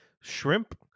shrimp